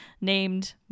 named